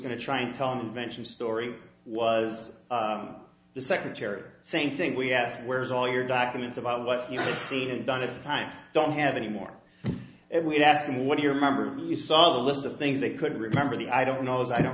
going to try and tell invention story was the secretary same thing we asked where's all your documents about what he's seen and done at the time i don't have any more and we'd ask him what do you remember you saw the list of things they could remember the i don't know as i don't